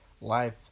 life